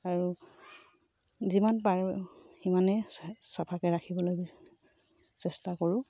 আৰু যিমান পাৰো সিমানেই চফাকৈ ৰাখিবলৈ চেষ্টা কৰোঁ